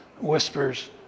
whispers